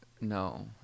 No